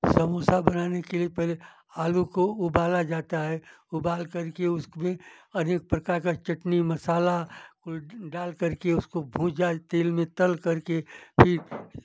समोसा बनाने के लिए पहले आलू को उबाला जाता है उबालकर के उसमें अनेक प्रकार का चटनी मसाला वो डालकर के उसको भुजा तेल में तलकर के फिर